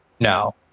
No